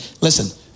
listen